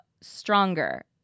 Stronger